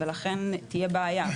ולכן תהיה בעיה,